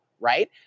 right